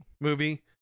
movie